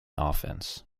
offense